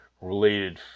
related